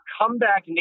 comeback